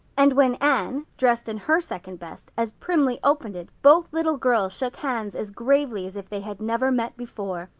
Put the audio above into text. and when anne, dressed in her second best, as primly opened it, both little girls shook hands as gravely as if they had never met before.